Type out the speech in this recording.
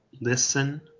listen